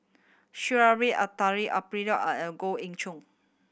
Sha'ari a Eleuterio and Goh Ee Choo